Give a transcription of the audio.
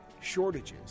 shortages